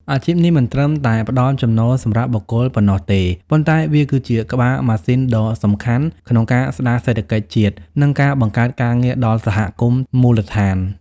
អាជីពនេះមិនត្រឹមតែផ្ដល់ចំណូលសម្រាប់បុគ្គលប៉ុណ្ណោះទេ ប៉ុន្តែវាគឺជាក្បាលម៉ាស៊ីនដ៏សំខាន់ក្នុងការស្ដារសេដ្ឋកិច្ចជាតិ និងការបង្កើតការងារដល់សហគមន៍មូលដ្ឋាន។